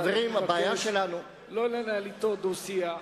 אני מבקש לא לנהל אתו דו-שיח,